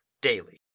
Daily